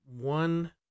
one